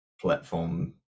platform